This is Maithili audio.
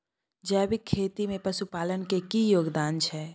जैविक खेती में पशुपालन के की योगदान छै?